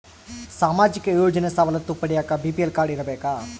ಸಾಮಾಜಿಕ ಯೋಜನೆ ಸವಲತ್ತು ಪಡಿಯಾಕ ಬಿ.ಪಿ.ಎಲ್ ಕಾಡ್೯ ಇರಬೇಕಾ?